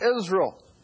Israel